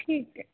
ठीक आहे